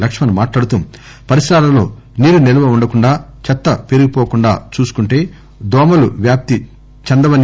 లక్ష్మణ్ మాట్లాడుతూ పరిసరాలలో నీరు నిలవకుండా చెత్త పేరుకువోకుండా చూసుకుంటే దోమలు వ్యాప్తి చెందవన్నారు